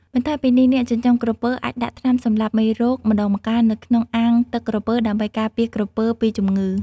បន្ថែមពីនេះអ្នកចិញ្ចឹមក្រពើអាចដាក់ថ្នាំសម្លាប់មេរោគម្តងម្កាលនៅក្នុងអាងទឹកក្រពើដើម្បីការពារក្រពើពីជំងឺ។